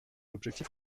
l’objectif